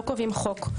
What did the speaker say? לא קובעים חוק.